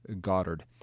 Goddard